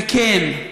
וכן,